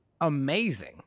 Amazing